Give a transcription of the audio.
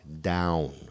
down